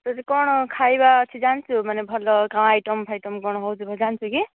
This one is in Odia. ସେଠି କଣ ଖାଇବା ଅଛି ଜାଣିଛୁ ମାନେ ଭଲ କଣ ଆଇଟମ୍ ଫାଇଟମ୍ କଣ ହେଉଛି ଜାଣିଛୁ କି